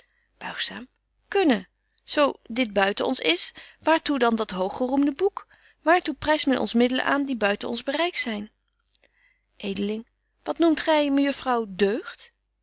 buigzaam kunnen zo dit buiten ons is waar toe dan dat hooggeroemde boek waar toe pryst men ons middelen aan die buiten ons bereik zyn edeling wat noemt gy mejuffrouw deugd